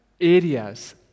areas